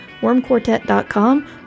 wormquartet.com